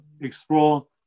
explore